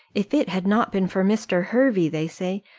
if it had not been for mr. hervey, they say,